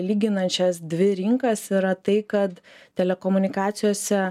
lyginant šias dvi rinkas yra tai kad telekomunikacijose